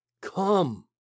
come